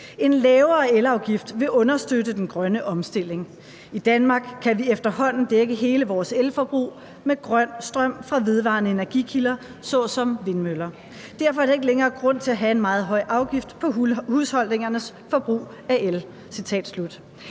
»En lavere elafgift vil understøtte den grønne omstilling. I Danmark kan vi efterhånden dække hele vores elforbrug med grøn strøm fra vedvarende energikilder såsom vindmøller. Derfor er der ikke længere grund til at have en meget høj afgift på husholdningernes forbrug af el.«